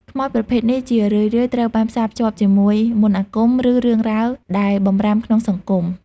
ខ្មោចប្រភេទនេះជារឿយៗត្រូវបានផ្សារភ្ជាប់ជាមួយ មន្តអាគម ឬរឿងរ៉ាវដែលបម្រាមក្នុងសង្គម។